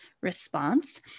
response